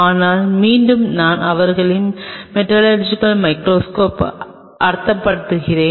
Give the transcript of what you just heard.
ஆனால் மீண்டும் நான் அவர்களின் மேட்லர்ஜிக்கல் மைகிரோஸ்கோப் அர்த்தப்படுத்துகிறேன்